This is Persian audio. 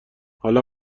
حالا